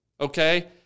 Okay